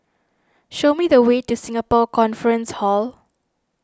show me the way to Singapore Conference Hall